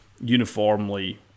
uniformly